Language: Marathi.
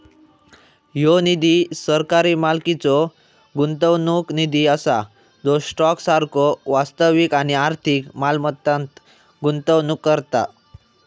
ह्यो निधी सरकारी मालकीचो गुंतवणूक निधी असा जो स्टॉक सारखो वास्तविक आणि आर्थिक मालमत्तांत गुंतवणूक करता